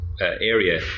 area